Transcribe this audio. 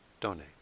donate